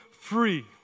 free